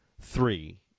Three